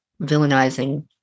villainizing